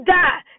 die